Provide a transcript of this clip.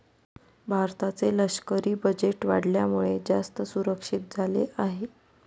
भारताचे लष्करी बजेट वाढल्यामुळे, जास्त सुरक्षित झाले आहे